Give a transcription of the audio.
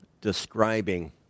describing